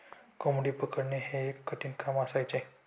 कोंबडी पकडणे हे एक कठीण काम असायचे